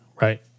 Right